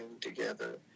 together